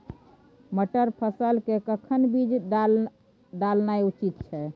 मटर फसल के कखन बीज डालनाय उचित छै?